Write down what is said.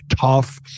tough